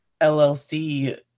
LLC